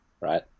right